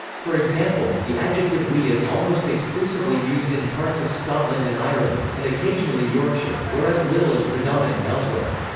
for example, the adjective wee is almost exclusively used in parts of scotland and ireland, and occasionally yorkshire, whereas little is predominant elsewhere.